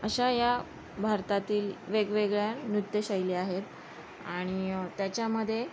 अशा या भारतातील वेगवेगळ्या नृत्यशैली आहेत आणि त्याच्यामध्ये